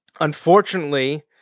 Unfortunately